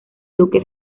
duque